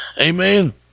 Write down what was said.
amen